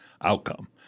outcome